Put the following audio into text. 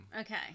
Okay